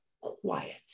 quiet